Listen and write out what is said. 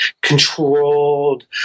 controlled